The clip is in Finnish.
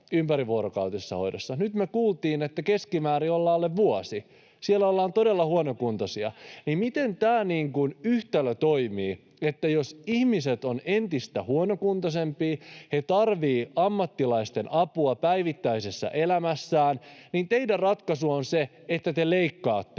Nyt me kuultiin, että keskimäärin ollaan alle vuosi. Siellä ollaan todella huonokuntoisia. Miten tämä yhtälö toimii, että jos ihmiset ovat entistä huonokuntoisempia ja he tarvitsevat ammattilaisten apua päivittäisessä elämässään, niin teidän ratkaisunne on se, että te leikkaatte